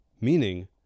Meaning